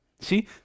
See